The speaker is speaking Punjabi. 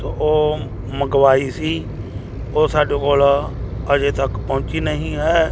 ਸੋ ਉਹ ਮੰਗਵਾਈ ਸੀ ਉਹ ਸਾਡੇ ਕੋਲ ਅਜੇ ਤੱਕ ਪਹੁੰਚੀ ਨਹੀਂ ਹੈ